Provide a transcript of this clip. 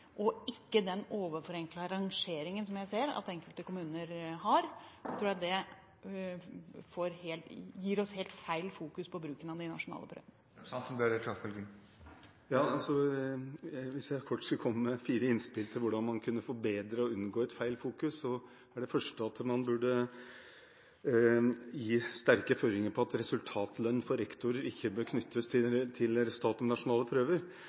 og ikke om den overforenklede rangeringen som jeg ser at enkelte kommuner har. Jeg tror det gir oss en helt feil fokusering på bruken av de nasjonale prøvene. Hvis jeg kort skulle komme med fire innspill til hvordan man kunne forbedre og unngå feil fokusering, er det første at man burde gi sterke føringer på at resultatlønn for rektorer ikke bør knyttes til resultatene ved nasjonale prøver.